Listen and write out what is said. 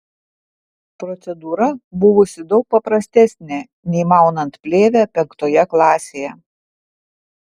procedūra buvusi daug paprastesnė nei maunant plėvę penktoje klasėje